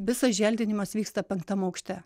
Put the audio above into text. visas želdinimas vyksta penktam aukšte